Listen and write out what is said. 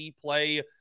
play